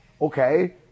Okay